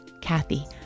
Kathy